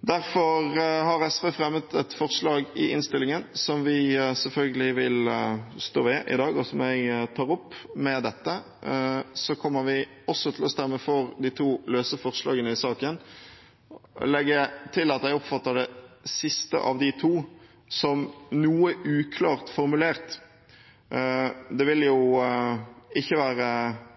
Derfor har SV fremmet et forslag i innstillingen, som vi selvfølgelig vil stå ved i dag, og som jeg med dette tar opp. Vi kommer også til å stemme for de to løse forslagene i saken. Jeg vil legge til at jeg oppfatter det siste av de to som noe uklart formulert. Det ville jo ikke være